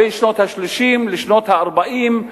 בין שנות ה-30 לשנות ה-40,